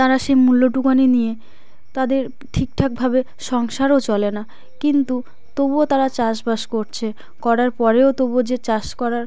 তারা সে মূল্যটুকুনি নিয়ে তাদের ঠিকঠাকভাবে সংসারও চলে না কিন্তু তবুও তারা চাষবাস করছে করার পরেও তবুও যে চাষ করার